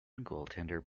goaltender